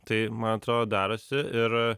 tai man atrodo darosi ir